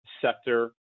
sector